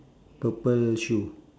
purple shoe